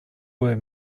were